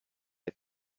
der